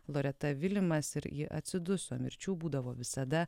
loreta vilimas ir ji atsiduso mirčių būdavo visada